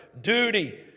duty